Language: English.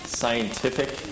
scientific